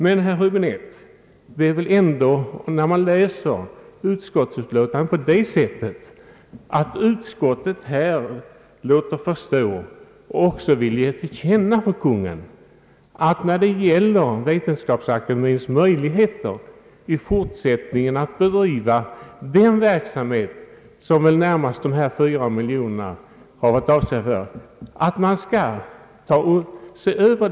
Men, herr Häbinette, när man läser utskottsutlåtandet framgår det, att Vetenskapsakademien själv skall se över frågan om möjligheterna att i fortsättningen bedriva den verksamhet vars kostnader hittills täckts genom inkomsterna från almanacksprivilegiets 4 miljoner kr.